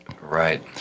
Right